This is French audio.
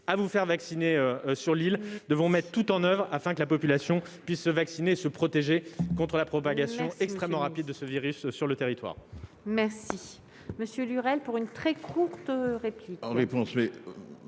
à vous faire vacciner sur l'île. Nous devons tout mettre en oeuvre afin que la population puisse se vacciner et se protéger contre la propagation extrêmement rapide du virus sur le territoire. La